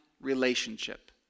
relationship